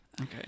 okay